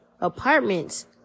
apartments